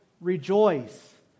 rejoice